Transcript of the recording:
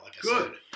Good